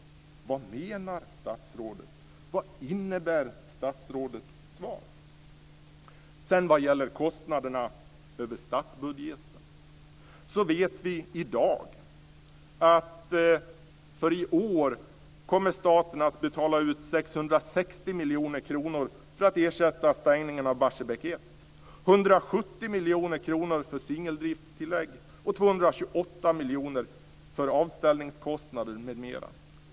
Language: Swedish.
Vad menar statsrådet? Vad innebär statsrådets svar? Sedan gällde det kostnaderna över statsbudgeten. Vi vet att staten i år kommer att betala ut 660 miljoner kronor för att ersätta stängningen av Barsebäck 1, miljoner kronor för avställningskostnader m.m.